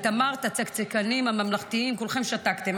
את אמרת: הצקצקנים, הממלכתיים, כולכם שתקתם.